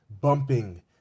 bumping